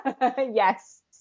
yes